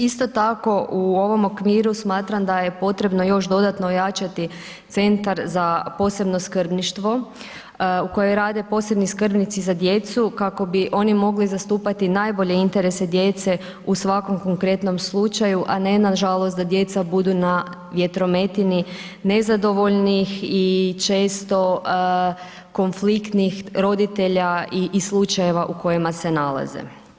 Isto tako u ovom okviru smatram da je potrebno još dodatno ojačati centar za posebno skrbništvo u kojem rade posebni skrbnici za djecu kako bi oni mogli zastupati posebne interese djece u svakom konkretnom slučaju a ne nažalost da djeca budu na vjetrometini nezadovoljni i često konfliktnih roditelja i slučajeva u kojima se nalaze.